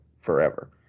forever